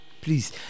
please